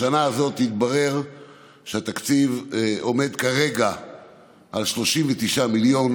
בשנה הזאת התברר שהתקציב עומד כרגע על 39 מיליון,